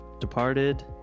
Departed